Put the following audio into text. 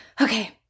okay